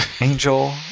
Angel